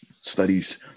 studies